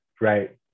Right